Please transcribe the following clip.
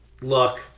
Look